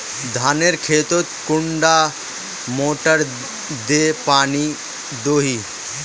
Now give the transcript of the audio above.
धानेर खेतोत कुंडा मोटर दे पानी दोही?